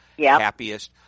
happiest